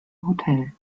hotel